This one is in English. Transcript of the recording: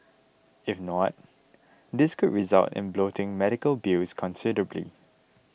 if not this could result in bloating medical bills considerably